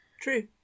True